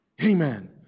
amen